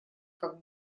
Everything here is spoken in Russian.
как